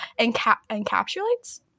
encapsulates